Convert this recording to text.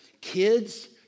Kids